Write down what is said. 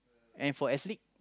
and for S-League